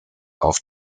auf